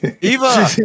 Eva